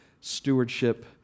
stewardship